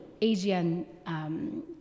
Asian